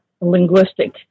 linguistic